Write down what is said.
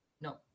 No